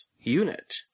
unit